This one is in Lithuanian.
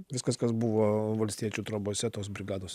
viskas kas buvo valstiečių trobose tos brigados